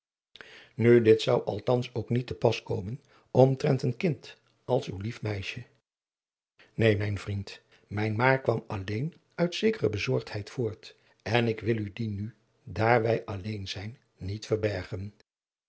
nu dit zou althans ook niet te pas komen omtrent een kind als uw lief meisje neen mijn vriend mijn maar kwam alleen uit zekere bezorgdheid voort en ik wil u die nu daar wij alleen zijn niet verbergen